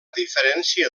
diferència